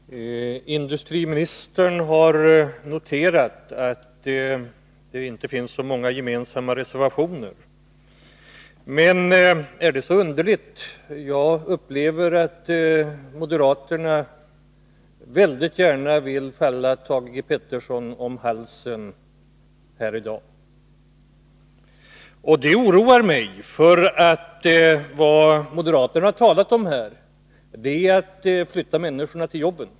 Fru talman! Industriministern har noterat att det inte finns så många gemensamma reservationer från mittenpartierna. Men är det så underligt? Jag upplever det så, att moderaterna väldigt gärna vill falla Thage Peterson om halsen här i dag. Det oroar mig, för det moderaterna har talat om är i stor utsträckning att flytta människorna till jobben.